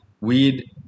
weed